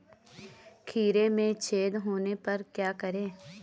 खीरे में छेद होने पर क्या करें?